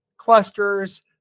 clusters